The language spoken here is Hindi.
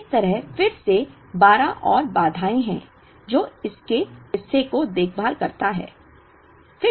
तो इस तरह फिर से 12 और बाधाएं हैं जो इसके इस हिस्से की देखभाल करता है